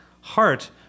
Heart